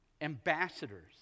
ambassadors